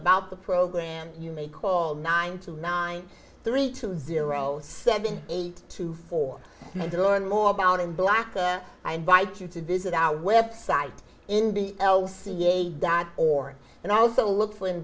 about the program you may call nine two nine three two zero seven eight two for me to learn more about in black a i invite you to visit our website in the l c a dot org and also look for in